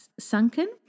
sunken